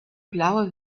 blaue